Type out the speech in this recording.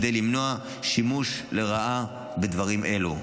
כדי למנוע שימוש לרעה בדברים אלו.